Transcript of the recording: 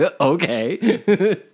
okay